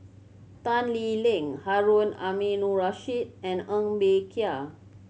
Tan Lee Leng Harun Aminurrashid and Ng Bee Kia